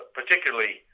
particularly